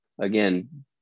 again